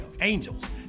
angels